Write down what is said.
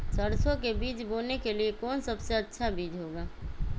सरसो के बीज बोने के लिए कौन सबसे अच्छा बीज होगा?